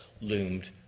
loomed